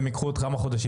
והם ייקחו עוד כמה חודשים.